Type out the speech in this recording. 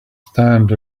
stand